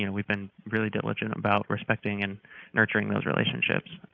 you know we've been really diligent about respecting and nurturing those relationships.